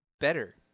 better